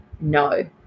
no